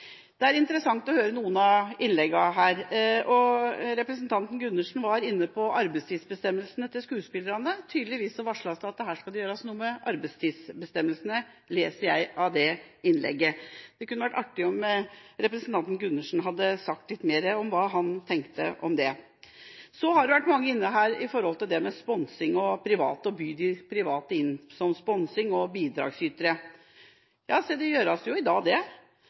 Det er interessant å høre på noen av innleggene. Representanten Gundersen var inne på arbeidstidsbestemmelsene til skuespillerne. Tydeligvis varsles det at det skal gjøres noe med arbeidstidsbestemmelsene, leser jeg av det innlegget. Det kunne vært artig om representanten Gundersen hadde sagt litt mer om hva han tenkte om det. Det har vært mange innlegg om sponsing og private, og det å be de private inn som sponsor- og bidragsytere. Ja, det gjøres i dag, det,